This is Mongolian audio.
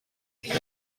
билээ